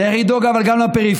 אבל צריך לדאוג גם לפריפריה.